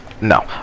No